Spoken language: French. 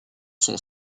son